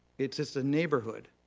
it's just a neighborhood.